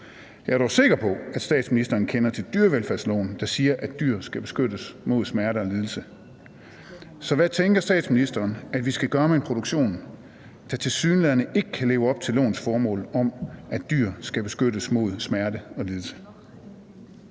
Jeg er dog sikker på, at statsministeren kender til dyrevelfærdsloven, der siger, at dyr skal beskyttes mod smerte og lidelse. Så hvad tænker statsministeren at vi skal gøre med en produktion, der tilsyneladende ikke kan leve op til lovens formål om, at dyr skal beskyttes mod smerte og lidelse?